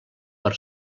per